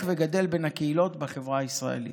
וגדל בין הקהילות בחברה הישראלית.